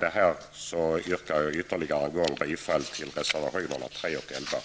det anförda yrkar jag ytterligare en gång bifall till reservationerna 3 och 11.